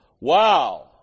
Wow